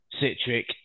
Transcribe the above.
citric